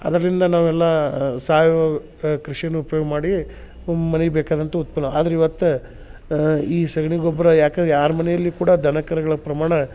ಅದ್ರಲಿಂದ ನಾವೆಲ್ಲ ಸಾವಯುವ ಕೃಷಿನೂ ಉಪ್ಯೋಗ ಮಾಡಿ ಮನಿಗೆ ಬೇಕಾದಂಥ ಉತ್ಪನ್ನ ಆದ್ರ ಇವತ್ತು ಈ ಸಗಣಿ ಗೊಬ್ಬರ ಯಾಕೆ ಯಾರ ಮನೆಯಲ್ಲಿ ಕೂಡ ದನ ಕರಗಳ ಪ್ರಮಾಣ